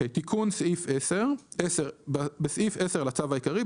"תיקון סעיף 10 10. בסעיף 10 לצו העיקרי,